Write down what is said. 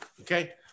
okay